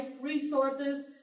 resources